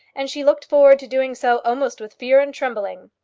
and she looked forward to doing so almost with fear and trembling.